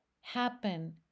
happen